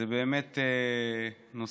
זה באמת נושא,